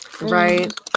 Right